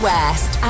West